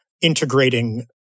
integrating